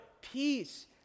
peace